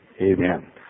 Amen